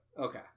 Okay